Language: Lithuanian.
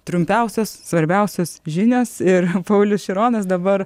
trumpiausios svarbiausios žinios ir paulius šironas dabar